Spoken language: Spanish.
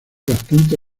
bastante